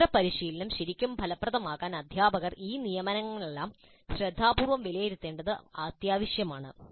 സ്വതന്ത്ര പരിശീലനം ശരിക്കും ഫലപ്രദമാകാൻ അധ്യാപകർ ഈ നിയമനങ്ങളെല്ലാം ശ്രദ്ധാപൂർവ്വം വിലയിരുത്തേണ്ടത് അത്യാവശ്യമാണ്